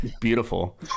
beautiful